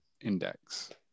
index